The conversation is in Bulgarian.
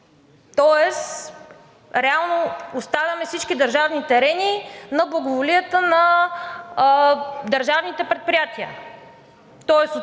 хипотези. Реално оставяме всички държавни терени на благоволението на държавните предприятия.